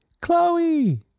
Chloe